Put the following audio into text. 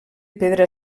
pedra